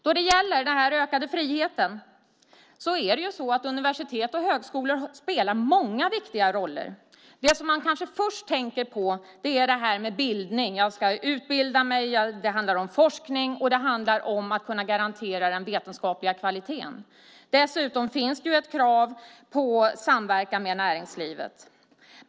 Då det gäller den ökade friheten spelar universitet och högskolor många viktiga roller. Det som man kanske först tänker på är bildning: Jag ska utbilda mig. Det handlar om forskning och om att kunna garantera den vetenskapliga kvaliteten. Dessutom finns det ett krav på samverkan med näringslivet.